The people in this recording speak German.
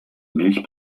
milch